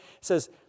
says